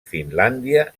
finlàndia